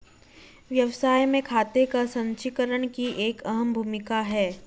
व्यवसाय में खाते का संचीकरण की एक अहम भूमिका है